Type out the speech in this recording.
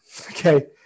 Okay